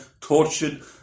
tortured